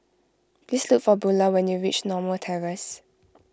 please look for Bula when you reach Norma Terrace